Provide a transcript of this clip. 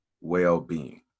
well-being